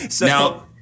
Now